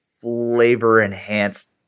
flavor-enhanced